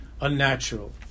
unnatural